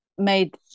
Made